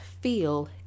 feel